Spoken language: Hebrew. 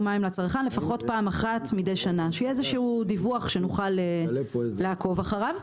מים לצרכן לפחות פעם אחת מדי שנה שיהיה דיווח שנוכל לעקוב אחריו.